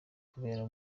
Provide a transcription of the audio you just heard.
kubera